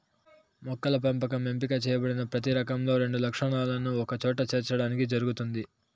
మొక్కల పెంపకం ఎంపిక చేయబడిన ప్రతి రకంలో రెండు లక్షణాలను ఒకచోట చేర్చడానికి జరుగుతుంది